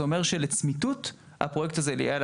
זה אומר שלצמיתות הפרויקט הזה יהיה דירה